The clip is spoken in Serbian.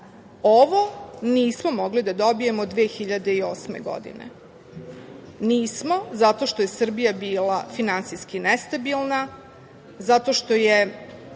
nismo mogli da dobijemo 2008. godine zato što je Srbija bila finansijski nestabilna, zato što nije